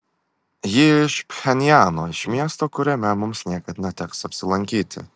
ji iš pchenjano iš miesto kuriame mums niekad neteks apsilankyti